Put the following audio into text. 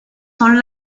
son